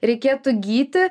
reikėtų gyti